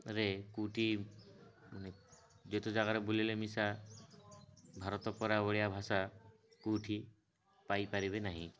ରେ କେଉଁଠି ମାନେ ଯେତେ ଜାଗାରେ ବୁଲିଲେ ମିଶା ଭାରତ ପରା ଓଡ଼ିଆ ଭାଷା କେଉଁଠି ପାଇପାରିବେ ନାହିଁ